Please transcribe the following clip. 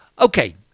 Okay